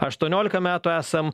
aštuoniolika metų esam